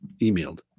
Emailed